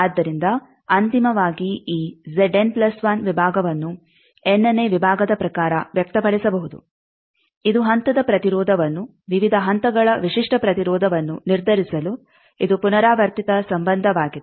ಆದ್ದರಿಂದ ಅಂತಿಮವಾಗಿ ಈ ವಿಭಾಗವನ್ನು ಎನ್ನೇ ವಿಭಾಗದ ಪ್ರಕಾರ ವ್ಯಕ್ತಪಡಿಸಬಹುದು ಇದು ಹಂತದ ಪ್ರತಿರೋಧವನ್ನು ವಿವಿಧ ಹಂತಗಳ ವಿಶಿಷ್ಟ ಪ್ರತಿರೋಧವನ್ನು ನಿರ್ಧರಿಸಲು ಇದು ಪುನರಾವರ್ತಿತ ಸಂಬಂಧವಾಗಿದೆ